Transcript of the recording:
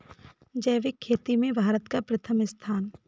जैविक खेती में भारत का प्रथम स्थान